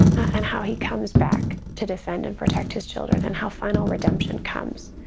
and how he comes back to defend and protect his children and how final redemption comes,